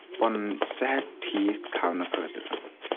پَنُن صحت ٹھیٖک تھاونہٕ خٲطرٕ